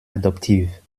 adoptive